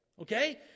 Okay